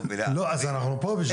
לא, אנחנו פה בשביל זה.